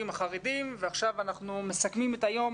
החרדים ועכשיו אנחנו מסכמים את היום